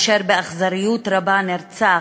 אשר באכזריות רבה נרצח,